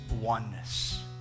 oneness